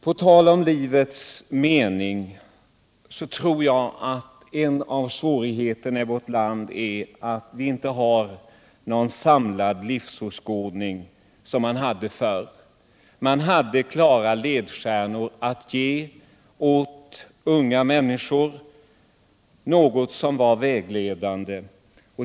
På tal om livets mening tror jag att en av svårigheterna är att vi inte har någon samlad livsåskådning, som man hade förr. Man hade klara ledstjärnor att ge åt unga människor, något som var vägledande.